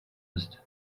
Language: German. ist